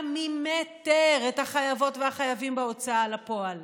ממטר את החייבות והחייבים בהוצאה לפועל.